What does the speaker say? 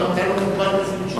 אתה לא מוגבל בזמן.